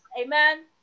Amen